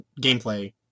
gameplay